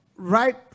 Right